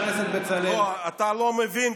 אתה לא מבין,